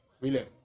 William